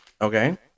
Okay